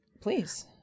Please